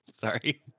Sorry